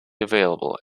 available